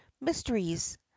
mysteries